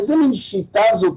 איזו מין שיטה זו?